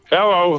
Hello